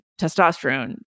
testosterone